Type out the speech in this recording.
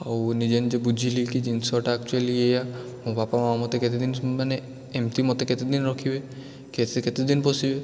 ଆଉ ନିଜେ ନିଜେ ବୁଝିଲି କି ଜିନିଷଟା ଆକ୍ଚୁଆଲି ଏଇଆ ମୋ ବାପା ମା' ମୋତେ କେତେଦିନ ମାନେ ଏମିତି ମୋତେ କେତେଦିନ ରଖିବେ କି ସେ କେତେଦିନ ପୋଷିବେ